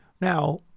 Now